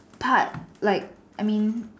part like I mean